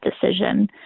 decision